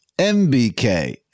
MBK